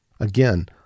again